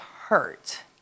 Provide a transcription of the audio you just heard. hurt